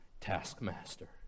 taskmaster